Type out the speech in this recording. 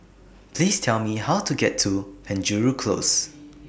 Please Tell Me How to get to Penjuru Close